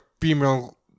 female